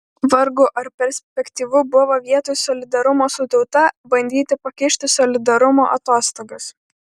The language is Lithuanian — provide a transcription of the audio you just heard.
vargu ar perspektyvu buvo vietoj solidarumo su tauta bandyti pakišti solidarumo atostogas